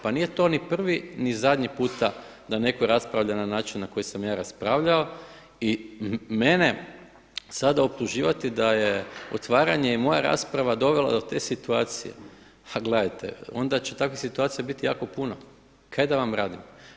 Pa nije to ni prvi ni zadnji puta da netko raspravlja na način na koji sam ja raspravljao i mene sada optuživati da je otvaranje i moja rasprava dovela do te situacije, a gledajte onda će takvih situacija biti jako puno, šta da vam radim.